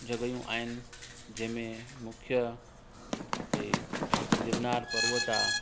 जॻहाइयूं आहिनि जंहिंमें मुख्य भई गिरनार पर्वत आहे